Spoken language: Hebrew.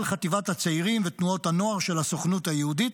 חטיבת הצעירים ותנועות הנוער של הסוכנות היהודית,